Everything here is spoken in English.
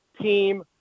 team